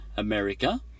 America